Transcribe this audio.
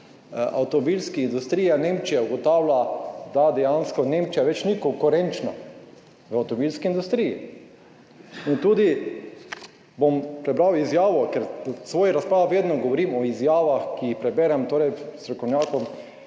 avtomobilske industrije, Nemčija ugotavlja, da dejansko Nemčija več ni konkurenčna v avtomobilski industriji. Tudi bom prebral izjavo, ker v svoji razpravi vedno govorim o izjavah strokovnjakov,